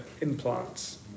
implants